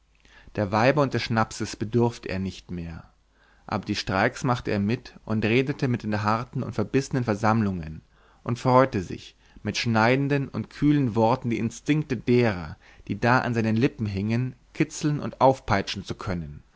der weiber und des schnapses bedurfte er nicht mehr aber die streiks machte er mit und redete mit in den harten und verbissenen versammlungen und freute sich mit schneidenden und kühlen worten die instinkte derer die da an seinen lippen hingen kitzeln und aufpeitschen zu können